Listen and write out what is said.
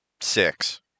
six